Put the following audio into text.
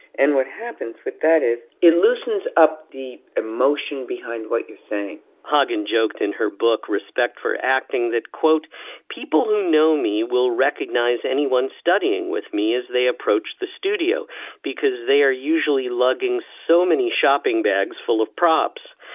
and what happens with that is it loosens up the emotion behind what you're saying hagen joked in her book respect for acting that quote people who know me will recognize anyone studying with me as they approach the studio because they are usually lugging so many shopping bags full of props.